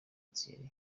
thierry